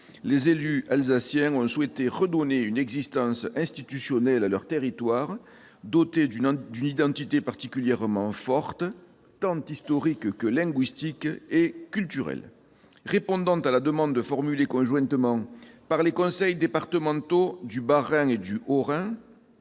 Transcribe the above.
les élus alsaciens ont souhaité redonner une existence institutionnelle à leur territoire, doté d'une identité particulièrement forte, tant historique que linguistique et culturelle. Répondant à la demande formulée conjointement par les conseils départementaux du Bas-Rhin et du Haut-Rhin,